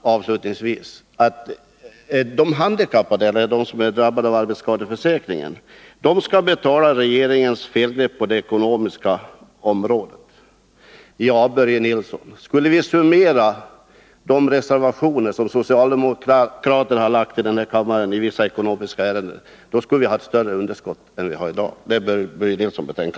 Avslutningsvis säger han att det blir de som genom arbetsskador drabbas av handikapp som skall betala regeringens felgrepp på det ekonomiska området. Börje Nilsson! Om vi skulle summera de reservationer som socialdemokraterna har avgivit i vissa ekonomiska ärenden som behandlats av kammaren, skulle vi komma fram till ett större underskott än det som vi har i dag. Det bör Börje Nilsson betänka.